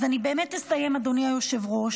אז באמת אסיים, אדוני היושב-ראש.